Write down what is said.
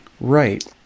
Right